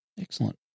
Excellent